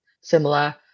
similar